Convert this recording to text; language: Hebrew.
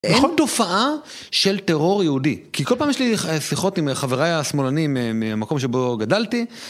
בכל תופעה של טרור יהודי. כי כל פעם יש לי שיחות עם חבריי השמאלנים מהמקום שבו גדלתי.